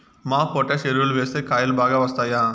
MOP potash ఎరువులు వేస్తే కాయలు బాగా వస్తాయా?